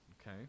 okay